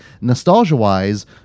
nostalgia-wise